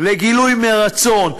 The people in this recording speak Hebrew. לגילוי מרצון,